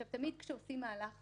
תמיד, כשעושים מהלך